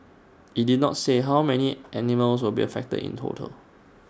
IT did not say how many animals will be affected in total